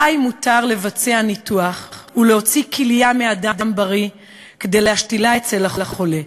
"ודאי מותר לבצע ניתוח ולהוציא כליה מאדם בריא כדי להשתילה אצל החולה,